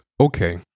okay